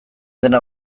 dena